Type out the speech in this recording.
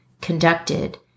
conducted